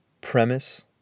premise